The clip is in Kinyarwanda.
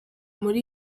muri